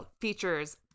features